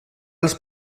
les